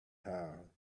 how